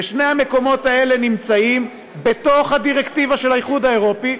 ושני המקומות האלה נמצאים בתוך הדירקטיבה של האיחוד האירופי,